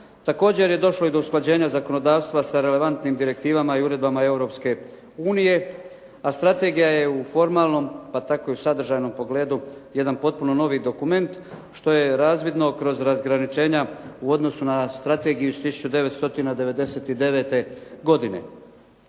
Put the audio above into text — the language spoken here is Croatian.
Također je došlo i do usklađenja zakonodavstva sa relevantnim direktivama i uredbama Europske unije a strategija je u formalnom pa tako i u sadržajnom pogledu jedan potpuno novi dokument što je razvidno kroz razgraničenja u odnosu na Strategiju iz 1999. godine.